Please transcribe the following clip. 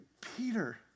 Peter